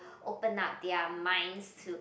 open up their minds to